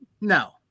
no